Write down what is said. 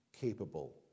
capable